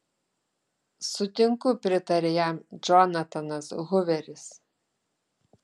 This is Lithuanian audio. sutinku pritarė jam džonatanas huveris